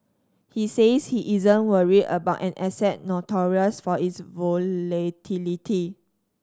he says he isn't worried about an asset notorious for its volatility